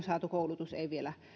saatu koulutus ei vielä